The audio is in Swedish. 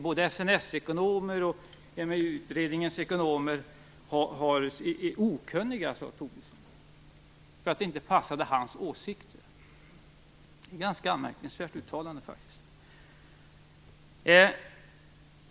Både SNS ekonomer och EMU-utredningens ekonomer är okunniga, sade Tobisson, därför att deras slutsatser inte passade hans åsikter. Det är faktiskt ett ganska anmärkningsvärt uttalande.